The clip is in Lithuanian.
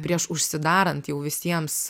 prieš užsidarant jau visiems